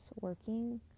working